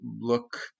look